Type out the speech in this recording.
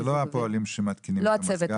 זאת אומרת, זה לא הפועלים שמתקינים את המזגן.